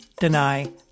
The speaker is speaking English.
Deny